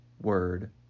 word